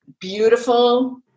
beautiful